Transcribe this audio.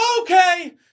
Okay